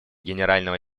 генерального